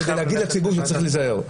כדי להגיד לציבור שצריך להיזהר.